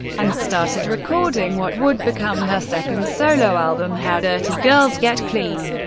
and started recording what would become her second solo album, how dirty girls get clean,